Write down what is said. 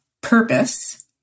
purpose